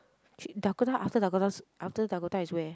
去 Dakota after Dakota s~ after Dakota is where